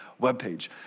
webpage